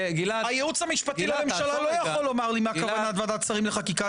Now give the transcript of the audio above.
הייעוץ המשפטי לממשלה לא יכול לומר לי מה כוונת ועדת שרים לחקיקה,